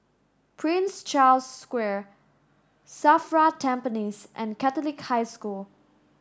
Prince Charles Square SAFRA Tampines and Catholic High School